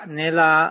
nella